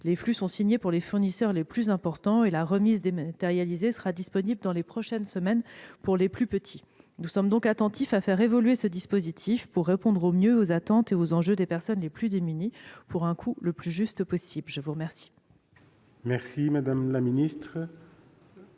Les flux sont signés pour les fournisseurs les plus importants et la remise dématérialisée sera disponible dans les prochaines semaines pour les plus petits. Nous sommes donc attentifs à faire évoluer le dispositif, pour répondre au mieux aux attentes et aux enjeux des personnes les plus démunies, pour un coût le plus juste possible. La parole est à Mme Angèle